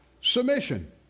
submission